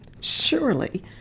surely